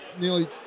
nearly